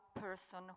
person